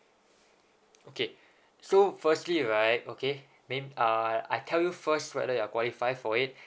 okay so firstly right okay uh I tell you first whether you're qualify for it